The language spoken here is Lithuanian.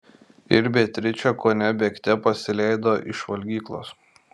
ir beatričė kone bėgte pasileido iš valgyklos